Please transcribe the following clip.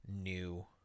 new